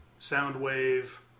Soundwave